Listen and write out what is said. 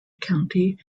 county